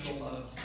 love